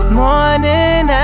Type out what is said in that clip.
morning